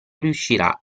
riuscirà